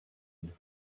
isle